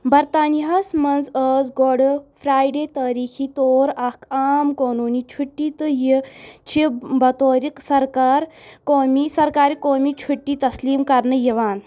برطانیہَس منٛز ٲس Good Friday تٲریٖخی طور اکھ عام قونوٗنی چھُٹی تہٕ یہِ چھِ بَطورٕ سرکار قومی سرکارِ قومی چھُٹی تسلیٖم کرنہٕ یِوان